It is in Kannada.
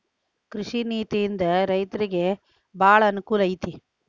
ಕೃಷಿ ನೇತಿಯಿಂದ ರೈತರಿಗೆ ಬಾಳ ಅನಕೂಲ ಐತಿ